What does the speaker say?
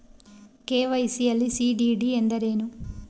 KYC ಯಲ್ಲಿ CDD ಎಂದರೇನು?